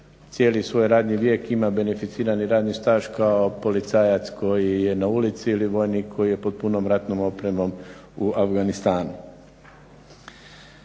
cijeli svoj radni vijek ima beneficirani radni staž kao policajac koji je na ulici ili vojnik koji je pod punom ratnom opremom u Afganistanu.